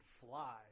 fly